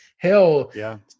Hell